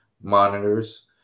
monitors